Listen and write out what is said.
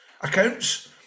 accounts